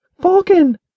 Falcon